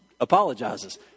apologizes